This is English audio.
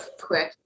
quick